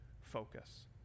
focus